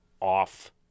off